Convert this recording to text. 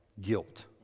Guilt